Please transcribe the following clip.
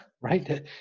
right